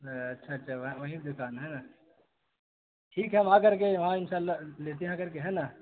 اچھا اچھا وہیں دکان ہے نا ٹھیک ہے ہم آ کر کے وہاں ان شاء اللہ لیتے ہیں آ کر کے ہے نا